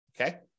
okay